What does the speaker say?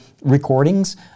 recordings